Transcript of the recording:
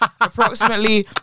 approximately